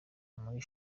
muri